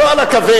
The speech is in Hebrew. לא על הכבד,